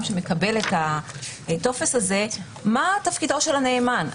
שמקבל את הטופס הזה מה תפקידו של הנאמן.